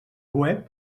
web